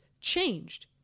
changed